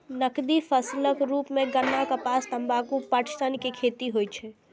नकदी फसलक रूप मे गन्ना, कपास, तंबाकू, पटसन के खेती होइ छै